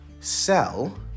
sell